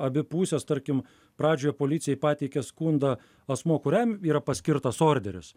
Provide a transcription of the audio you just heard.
abi pusės tarkim pradžioje policijai pateikė skundą asmuo kuriam yra paskirtas orderius